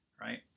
right